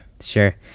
Sure